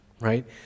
right